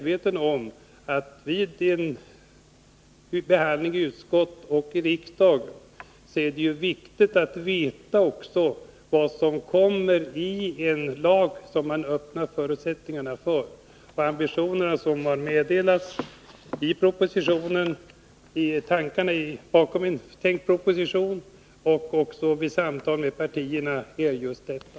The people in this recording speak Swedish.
Vid behandlingen i utskottet och riksdagen är det viktigt att veta också vad som kommer i en lag som man ger förutsättningar för — jag är medveten om det. Den aspekten finns också med i tankarna bakom den kommande propositionen och i samtalen med partierna i den här frågan.